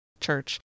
church